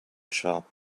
sharp